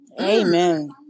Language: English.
amen